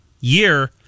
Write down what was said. year